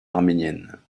arménienne